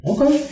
Okay